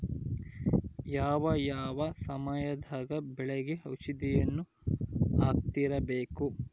ಯಾವ ಯಾವ ಸಮಯದಾಗ ಬೆಳೆಗೆ ಔಷಧಿಯನ್ನು ಹಾಕ್ತಿರಬೇಕು?